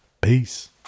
Peace